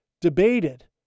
debated